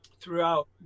throughout